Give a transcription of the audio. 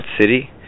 city